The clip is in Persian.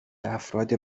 افراد